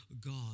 God